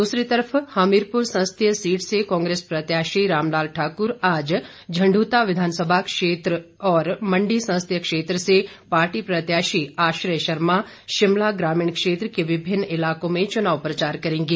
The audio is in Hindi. दूसरी तरफ हमीरपुर संसदीय सीट से कांग्रेस प्रत्याशी रामलाल ठाक्र आज झंड़ता विधानसभा क्षेत्र में विभिन्न स्थानों और मंडी संसदीय क्षेत्र से पार्टी प्रत्याशी आश्रय शर्मा शिमला ग्रामीण क्षेत्र के विभिन्न इलाकों में चुनाव प्रचार करेंगे